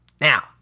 now